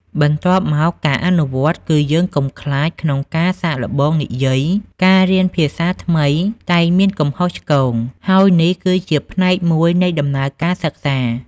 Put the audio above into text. បន្ទាប់មកការអនុវត្តន៍ គឺយើងកុំខ្លាចក្នុងការសាកល្បងនិយាយ ការរៀនភាសាថ្មីតែងមានកំហុសឆ្គង ហើយនេះគឺជាផ្នែកមួយនៃដំណើរការសិក្សា។